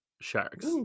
Sharks